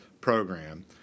program